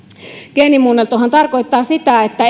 geenimuunneltuhan tarkoittaa sitä että